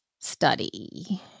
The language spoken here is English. study